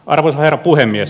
arvoisa herra puhemies